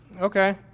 Okay